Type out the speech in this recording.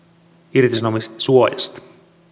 irtisanomissuojasta